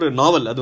novel